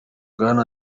bwana